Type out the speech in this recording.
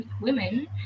women